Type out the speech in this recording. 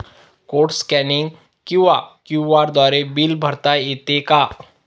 Code scanning किंवा QR द्वारे bill भरता येते का?